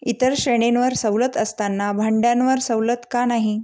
इतर श्रेणींवर सवलत असताना भांड्यांवर सवलत का नाही